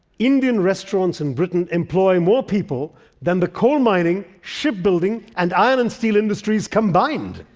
indian restaurants in britain employ more people than the coal mining, ship building and iron and steel industries combined.